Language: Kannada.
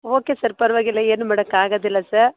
ಓಕೆ ಸರ್ ಪರವಾಗಿಲ್ಲ ಏನೂ ಮಾಡಕ್ಕೆ ಆಗೋದಿಲ್ಲ ಸರ್